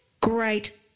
great